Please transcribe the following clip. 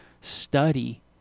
study